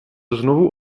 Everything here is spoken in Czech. znovu